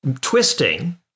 twisting